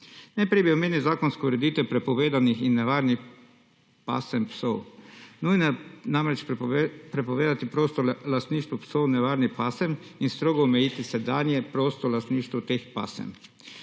Najprej bi omenil zakonsko ureditev prepovedanih in nevarnih pasem psov. Nujno je namreč prepovedati prosto lastništvo psov nevarnih pasem in strogo omejiti sedanje prosto lastništvo teh pasem.